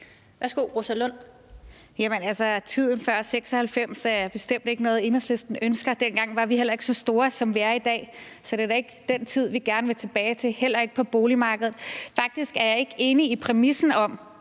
16:31 Rosa Lund (EL): Jamen altså, tiden før 1996 er bestemt ikke noget, Enhedslisten ønsker. Dengang var vi heller ikke så store, som vi er i dag, så det er da ikke den tid, vi gerne vil tilbage til – heller ikke i forhold til boligmarkedet. Faktisk er jeg ikke enig i præmissen om,